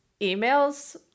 emails